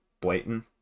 blatant